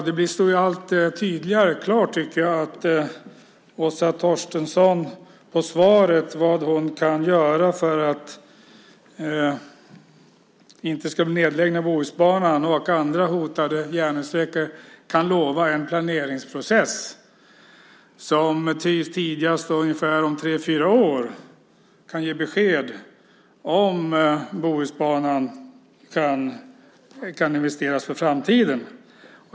Det står allt tydligare klart att Åsa Torstensson på frågan vad hon kan göra för att det inte ska bli en nedläggning av Bohusbanan och andra hotade järnvägssträckor svarar att hon kan lova en planeringsprocess som tidigast om tre fyra år kan ge besked om Bohusbanan kan investeras för framtiden.